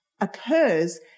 occurs